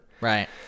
right